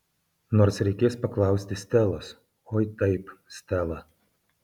nors reikės paklausti stelos oi taip stela